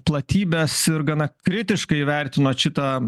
platybes ir gana kritiškai įvertinot šitą